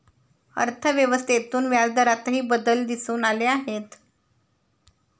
अर्थव्यवस्थेतून व्याजदरातही बदल दिसून आले आहेत